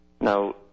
Now